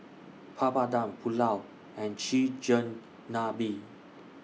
Papadum Pulao and Chigenabe